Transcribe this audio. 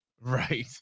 Right